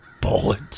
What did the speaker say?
bullet